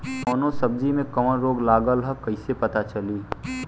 कौनो सब्ज़ी में कवन रोग लागल ह कईसे पता चली?